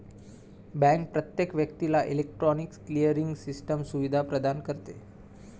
bank प्रत्येक व्यक्तीला electronic clearing system सुविधा प्रदान करते